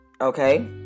Okay